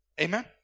Amen